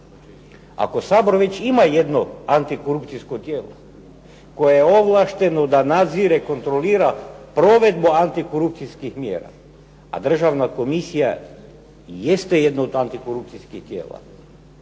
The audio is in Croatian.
Ako Sabor već ima jedno antikorpucijsko tijelo koje je ovlašteno da nadzire kontrolira provedbu antikorupcijskih mjera, državna komisije jeste jedno od antikorupcijskih tijela.